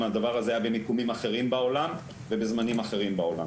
אם הדבר הזה היה במיקומים אחרים בעולם ובזמנים אחרים בעולם